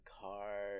car